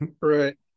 right